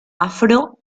afro